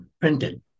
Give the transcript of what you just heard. Printed